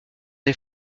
des